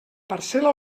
parcel·la